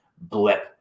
blip